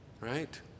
right